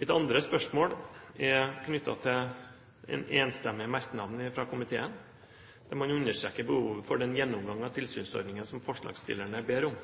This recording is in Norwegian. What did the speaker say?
Mitt andre spørsmål er knyttet til den enstemmige merknaden fra komiteen, der man understreker behovet for den gjennomgang av tilsynsordningen som forslagsstillerne ber om.